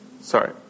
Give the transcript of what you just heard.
sorry